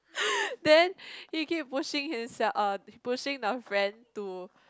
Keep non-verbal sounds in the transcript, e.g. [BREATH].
[BREATH] then he keep pushing himself uh pushing the friend to